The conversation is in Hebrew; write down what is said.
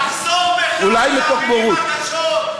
תחזור בך מהמילים הקשות.